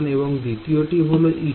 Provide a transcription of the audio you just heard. এবং দ্বিতীয় টি হল e2